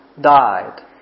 died